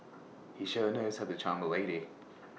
he sure knows how to charm A lady